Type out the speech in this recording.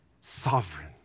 sovereign